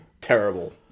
terrible